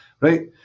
right